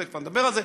תכף אני אדבר על זה,